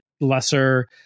lesser